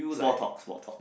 small talk small talk